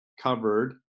covered